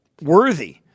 worthy